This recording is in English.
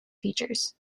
features